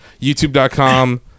YouTube.com